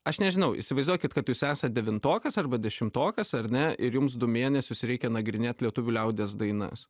aš nežinau įsivaizduokit kad jūs esat devintokas arba dešimtokas ar ne ir jums du mėnesius reikia nagrinėti lietuvių liaudies dainas